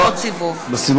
בסיבוב השלישי.